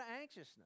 anxiousness